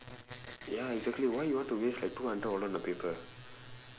ya exactly why you want to waste like two hundred dollars on a paper